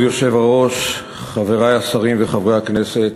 כבוד היושב-ראש, חברי השרים וחברי הכנסת,